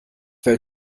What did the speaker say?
will